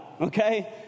Okay